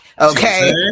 Okay